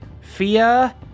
Fia